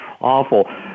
awful